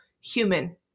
human